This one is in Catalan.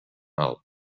alt